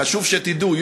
חשוב שתדעו,